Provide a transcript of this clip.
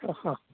ആഹാ